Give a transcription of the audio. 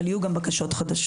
אבל יהיו גם בקשות חדשות.